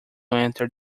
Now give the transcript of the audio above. enter